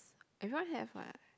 everyone have what